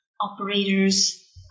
operators